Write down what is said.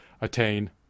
attain